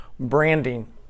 branding